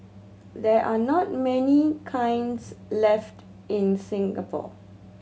there are not many kilns left in Singapore